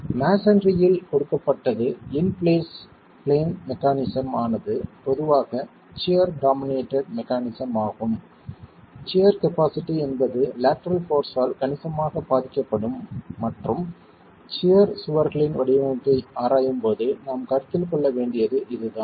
masonry இல் கொடுக்கப்பட்டது இன் பிளேன் மெக்கானிஸம் ஆனது பொதுவாக சியர் டாமினேட்டட் மெக்கானிஸம் ஆகும் சியர் கபாஸிட்டி என்பது லேட்டரல் போர்ஸ் ஆல் கணிசமாக பாதிக்கப்படும் மற்றும் சியர் சுவர்களின் வடிவமைப்பை ஆராயும்போது நாம் கருத்தில் கொள்ள வேண்டியது இதுதான்